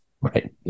Right